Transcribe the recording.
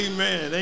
Amen